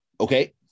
okay